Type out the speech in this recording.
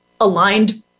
aligned